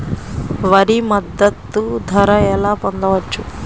వరి మద్దతు ధర ఎలా పొందవచ్చు?